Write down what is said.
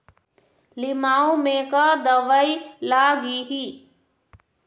लिमाऊ मे का दवई लागिही?